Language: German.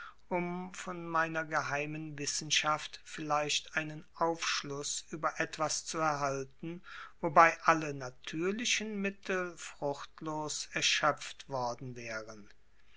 um von meiner geheimen wissenschaft vielleicht einen aufschluß über etwas zu erhalten wobei alle natürlichen mittel fruchtlos erschöpft worden wären